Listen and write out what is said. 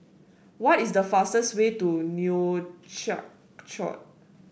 what is the fastest way to Nouakchott